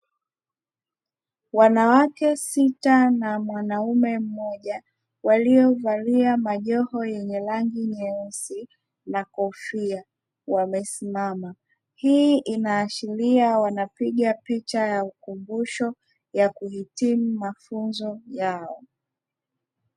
Wanawake sita na mwanaume mmoja, waliovalia majoho yenye rangi nyeusi, na kofia, wamesimama. Hii inaashiria wanapiga picha ya ukumbusho, ya kuhitimu mafunzo yao.